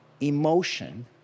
Emotion